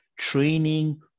Training